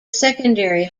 secondary